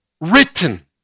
written